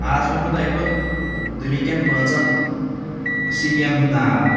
آز وَنہو تۄہہِ بہٕ دُنیٖکٮ۪ن پانٛژَن سِٹِیَن ہُنٛد ناو